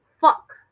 fuck